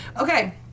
okay